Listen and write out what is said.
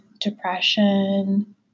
depression